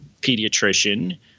pediatrician